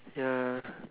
ya